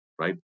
right